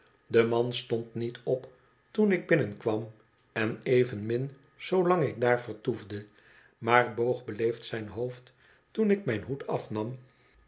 de man stond niet op toen ik binnenkwam en evenmin zoolang ik daar vertoefde maar boog beleefd zijn hoofd toen ik mijn hoed afnam